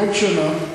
בעוד שנה,